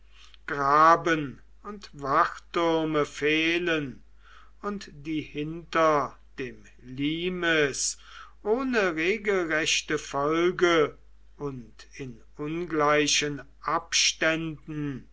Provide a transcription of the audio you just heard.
graben und wachttürme fehlen und die hinter dem limes ohne regelrechte folge und in ungleichen abständen